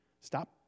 Stop